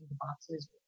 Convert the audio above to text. boxes